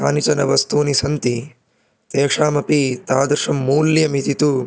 कानिचन वस्तूनि सन्ति तेषामपि तादृशं मूल्यमिति तु